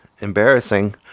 embarrassing